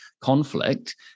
conflict